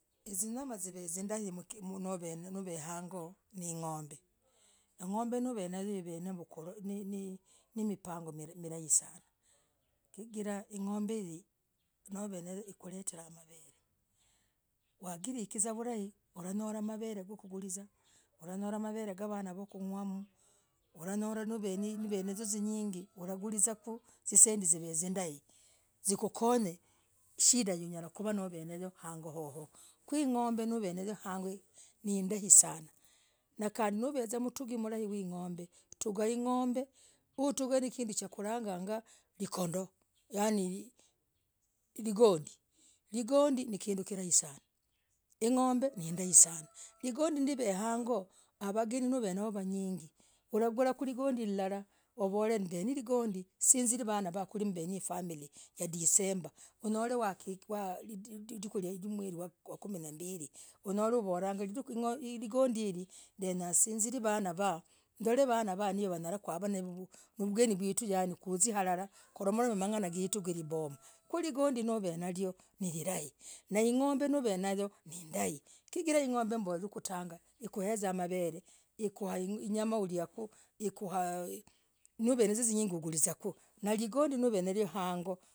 Zimanya zivezah zindai much munopeni hagoo ning'ombe in g'ombe navenayoo hiv namipangoo hindai sana chigirah ing'ombe hii novenayoo ukuletera maver wakwigizaa vulai ulanyolah maver wakwigizaa ulanyolah maver gaavanah yoyoyo kunywaaku ulanyolah navenaziyoo zinyingii wagulizakuh zisendii zivezaa zindai zikukony shindah unakuvaa nayoo hagoo yoyoyo kwingombe neevenayoo hang'oo nindai sana nakandii novezah mtuzii malai wa ing'ombe tungaa kinduukwalagaga ligongii ligongii ninduu kilayai sana ing'ombe no ndai sana ligongii nileev angooo wavangenii nauv navoo vanyingii uvugalah indalah usiz kulimbeni family ya disembaah khunyol wakunduka mweli wakuminambilii uvugule ligongii hiriii nenyasizie vanaa vag ndole vanaa vag kuikar alalah kumolome mang'ana getu gwilimboma kuligondii neevenayoo nililah naingombe nlilai.